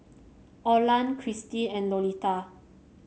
Olan Kristie and Lolita